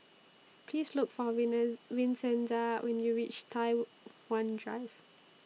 Please Look For Vincenza when YOU REACH Tai Hwan Drive